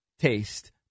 taste